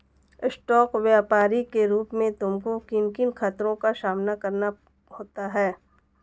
Stock व्यापरी के रूप में तुमको किन किन खतरों का सामना करना होता है?